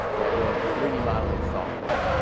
right we have three d modeling software.